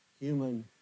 human